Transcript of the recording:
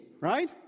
right